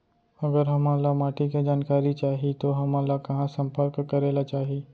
अगर हमन ला माटी के जानकारी चाही तो हमन ला कहाँ संपर्क करे ला चाही?